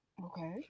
Okay